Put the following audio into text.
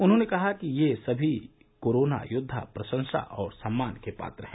उन्होंने कहा कि ये सभी कोरोना योद्वा प्रशंसा और सम्मान के पात्र हैं